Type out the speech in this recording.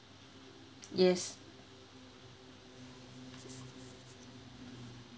yes